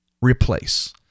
Replace